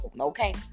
okay